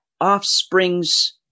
offspring's